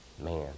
Man